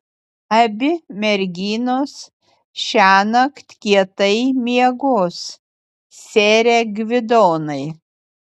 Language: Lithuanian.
abi merginos šiąnakt kietai miegos sere gvidonai